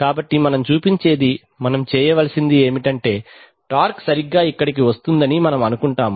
కాబట్టి మనం చూపించేది మనం చేయవలసింది ఏమిటంటే టార్క్ సరిగ్గా ఇక్కడకు వస్తుందని మనము అనుకుంటాము